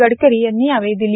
गडकरी यांनी यावेळी दिली